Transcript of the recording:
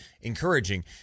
encouraging